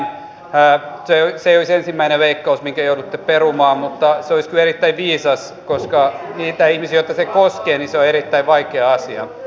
se ei olisi ensimmäinen leikkaus minkä joudutte perumaan mutta se olisi kyllä erittäin viisas koska niille ihmisille joita se koskee se on erittäin vaikea asia